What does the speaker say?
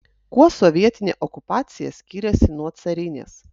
kuo sovietinė okupacija skyrėsi nuo carinės